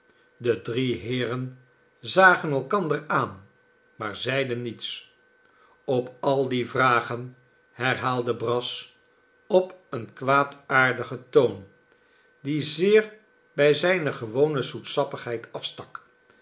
de drie heeren zagen elkander aan maar zeiden niets op al die vragen herhaalde brass op een kwaadaardigen toon die zeer bij zijne gewone zoetsappigheid afstak